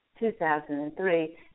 2003